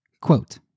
Quote